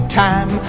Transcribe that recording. time